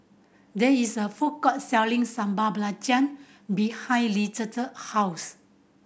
there is a food court selling Sambal Belacan behind Lizette house